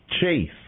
Chase